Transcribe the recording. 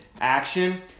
action